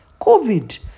COVID